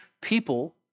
People